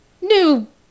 new